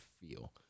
feel